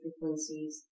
frequencies